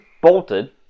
bolted